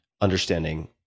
understanding